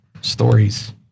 Stories